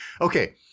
Okay